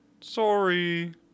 Sorry